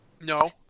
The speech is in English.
No